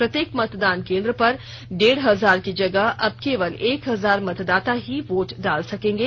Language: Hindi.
प्रत्येक मतदान केन्द्र पर डेढ़ हजार की जगह अब केवल एक हजार मतदाता ही वोट डाल सकेंगे